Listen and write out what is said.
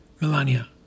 Melania